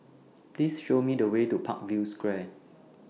Please Show Me The Way to Parkview Square